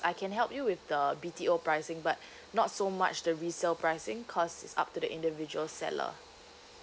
I can help you with the B T O pricing but not so much the resale pricing cause it's up to the individual seller